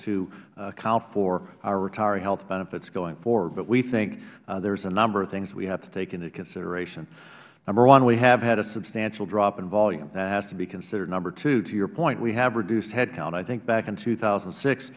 to account for our retiring health benefits going forward but we think there are a number of things we have to take into consideration number one we have had a substantial drop in volume that has to be considered number two to your point we have reduced headcount i think back in two thousand